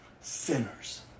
Sinners